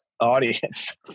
audience